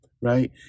Right